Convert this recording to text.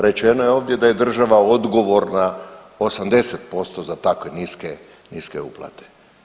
Rečeno je ovdje da je država odgovorna 80% za takve niske, niske uplate.